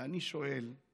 ואני שואל: